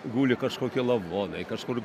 guli kažkokie lavonai kažkur